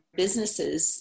businesses